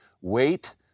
Wait